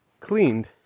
cleaned